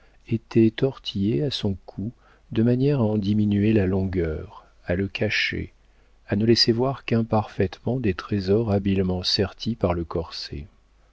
était tortillée à son cou de manière à en diminuer la longueur à le cacher à ne laisser voir qu'imparfaitement des trésors habilement sertis par le corset